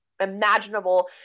imaginable